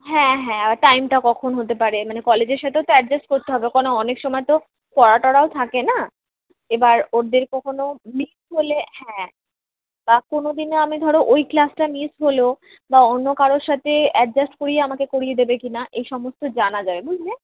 হ্যাঁ হ্যাঁ টাইমটা কখন হতে পারে মানে কলেজের সাথেও তো অ্যাডজাস্ট করতে হবে কেনো অনেক সময় তো পড়াটরাও থাকে না এবার ওদের কখনো মিস হলে হ্যাঁ বা কোনদিনও আমি ধরো ওই ক্লাসটা মিস হলো বা অন্য কারো সাথে অ্যাডজাস্ট করিয়ে আমাকে করিয়ে দেবে কি না এই সমস্ত জানা যাবে বুঝলে